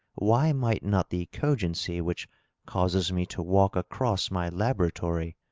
why might not the cogency which causes me to walk across my laboratory,